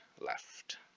left